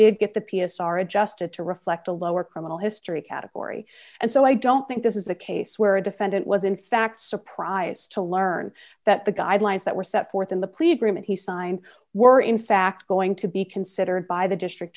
did get the p s r adjusted to reflect a lower criminal history category and so i don't think this is case where a defendant was in fact surprised to learn that the guidelines that were set forth in the plea agreement he signed were in fact going to be considered by the district